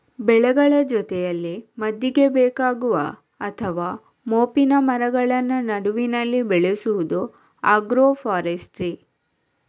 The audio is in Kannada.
ಬೆಳೆಗಳ ಜೊತೆಯಲ್ಲಿ ಮದ್ದಿಗೆ ಬೇಕಾಗುವ ಅಥವಾ ಮೋಪಿನ ಮರಗಳನ್ನ ನಡುವಿನಲ್ಲಿ ಬೆಳೆಸುದು ಆಗ್ರೋ ಫಾರೆಸ್ಟ್ರಿ